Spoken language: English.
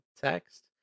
text